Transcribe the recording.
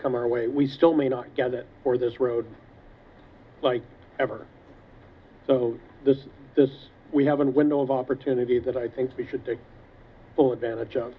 come our way we still may not get it for this road like ever so there's this we have an window of opportunity that i think we should take full advantage of